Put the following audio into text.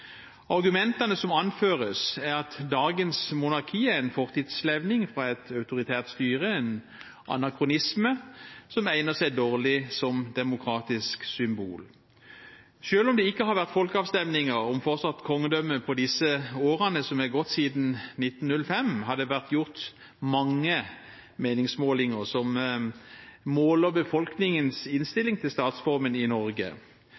Argumentene som anføres, er at dagens monarki er en fortidslevning fra et autoritært styre, en anakronisme som egner seg dårlig som demokratisk symbol. Selv om det ikke har vært folkeavstemninger om fortsatt kongedømme på de årene som har gått siden 1905, har det vært gjort mange meningsmålinger som har målt befolkningens innstilling til statsformen i Norge.